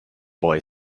boy